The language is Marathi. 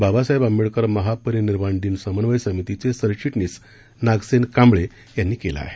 बाबासाहेब आंबेडकर महापरिनिर्वाण दिन समन्वय समितीचे सरचिटणीस नागसेन कांबळे यांनी केलं आहे